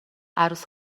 عروس